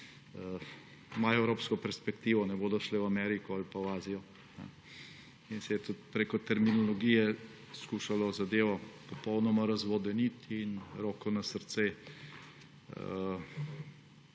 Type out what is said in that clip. imajo evropsko perspektivo, ne bodo šle v Ameriko ali pa v Azijo, in se je tudi preko terminologije skušalo zadevo popolnoma razvodeniti. Roko na srce,